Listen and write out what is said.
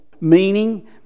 meaning